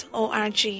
o-r-g